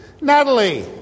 Natalie